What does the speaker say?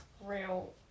real